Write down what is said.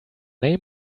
name